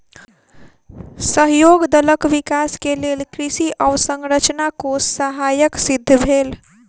सहयोग दलक विकास के लेल कृषि अवसंरचना कोष सहायक सिद्ध भेल